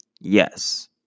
Yes